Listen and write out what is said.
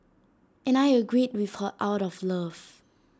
and I agreed with her out of love